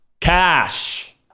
Cash